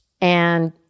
and-